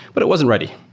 but it wasn't ready.